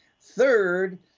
Third